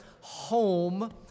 home